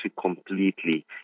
completely